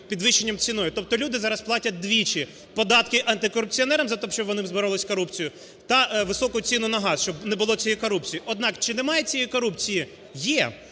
підвищенням ціни. Тобто люди зараз платять двічі: податки антикорупціонерам за те, щоб вони боролись з корупцію та високу ціну на газ, щоб не було цієї корупції. Однак, чи немає цієї корупції? Є.